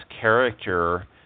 character